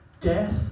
death